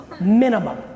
Minimum